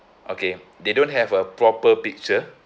okay they don't have a proper picture